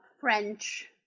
French